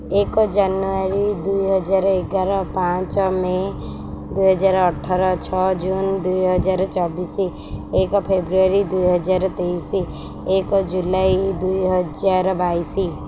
ଏକ ଜାନୁଆରୀ ଦୁଇହଜାର ଏଗାର ପାଞ୍ଚ ମେ ଦୁଇହଜାର ଅଠର ଛଅ ଜୁନ ଦୁଇହଜାର ଚବିଶ ଏକ ଫେବୃଆରୀ ଦୁଇହଜାର ତେଇଶ ଏକ ଜୁଲାଇ ଦୁଇହଜାର ବାଇଶ